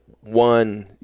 one